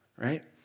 right